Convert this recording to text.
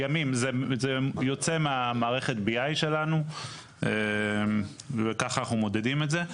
ימים זה יוצא מהמערכת בי איי שלנו וככה אנחנו מודדים את זה,